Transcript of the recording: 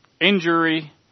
injury